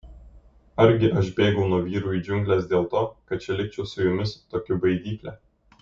argi aš bėgau nuo vyrų į džiungles dėl to kad čia likčiau su jumis tokiu baidykle